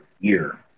year